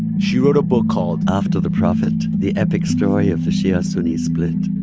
she wrote a book called. after the prophet the epic story of the shia-sunni split.